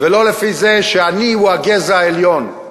ולא לפי זה שאני הוא הגזע העליון.